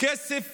מכסף